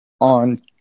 on